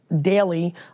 daily